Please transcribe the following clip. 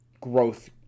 growth